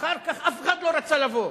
אחר כך אף אחד לא רצה לבוא.